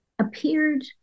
appeared